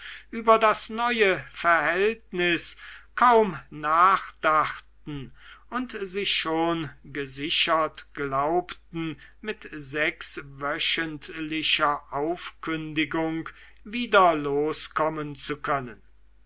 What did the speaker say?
über das neue verhältnis kaum nachdachten und sich schon gesichert glaubten mit sechswöchentlicher aufkündigung wieder loskommen zu können